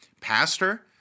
pastor